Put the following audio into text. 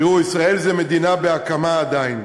תראו, ישראל היא מדינה בהקמה, עדיין.